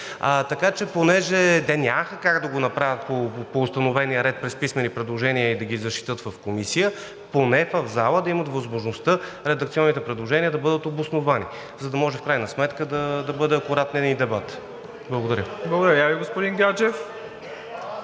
знаете. Понеже те нямаха как да го направят по установения ред – през писмени предложения и да ги защитят в Комисията, поне в залата да имат възможността редакционните предложения да бъдат обосновани, за да може в крайна сметка да бъде акуратен един дебат. Благодаря. ПРЕДСЕДАТЕЛ МИРОСЛАВ ИВАНОВ: